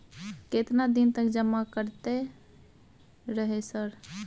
केतना दिन तक जमा करते रहे सर?